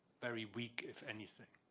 very weak if anything.